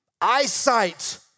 eyesight